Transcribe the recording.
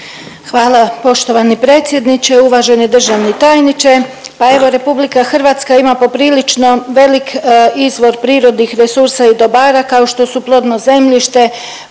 Hvala poštovani predsjedniče. Uvaženi državni tajniče pa evo RH ima poprilično velik izvor prirodnih resursa i dobara kao što su plodno zemljište,